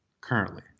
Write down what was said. currently